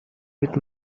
with